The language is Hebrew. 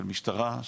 של משטרה,